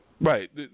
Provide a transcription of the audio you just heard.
Right